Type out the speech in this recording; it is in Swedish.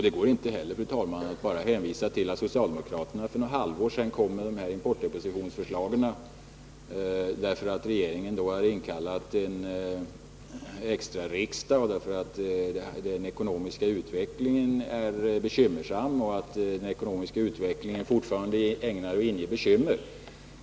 Det går inte heller att bara hänvisa till att socialdemokraterna för något halvår sedan lade fram sina förslag om importdepositionsavgifter därför att regeringen hade inkallat ett extra riksmöte och den ekonomiska utvecklingen var bekymmersam eller till att den ekonomiska utvecklingen fortfarande är ägnad att inge bekymmer.